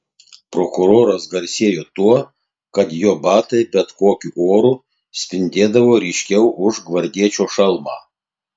prokuroras garsėjo tuo kad jo batai bet kokiu oru spindėdavo ryškiau už gvardiečio šalmą